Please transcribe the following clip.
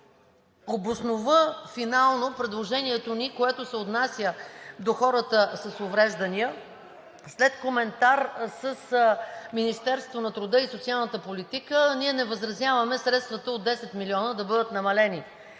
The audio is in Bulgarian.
обоснова финално предложението ни, което се отнася до хората с увреждания. След коментар с Министерството на труда и социалната политика ние не възразяваме средствата от 10 милиона да бъдат намалени